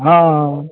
हँ